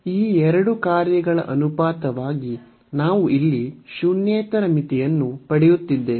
ಈ ಎರಡು ಕಾರ್ಯಗಳ ಅನುಪಾತವಾಗಿ ನಾವು ಇಲ್ಲಿ ಶೂನ್ಯೇತರ ಮಿತಿಯನ್ನು ಪಡೆಯುತ್ತಿದ್ದೇವೆ